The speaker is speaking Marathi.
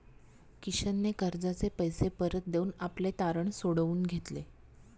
किशनने कर्जाचे पैसे परत देऊन आपले तारण सोडवून घेतले